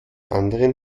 anderen